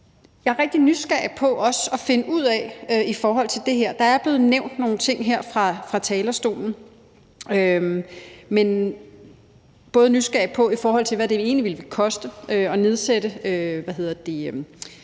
Jeg er også rigtig nysgerrig på at finde ud af nogle ting i forhold til det her. Der er blevet nævnt noget her fra talerstolen, men jeg er nysgerrig på at høre, hvad det egentlig ville koste at nedsætte egenbetalingen